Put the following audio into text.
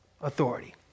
authority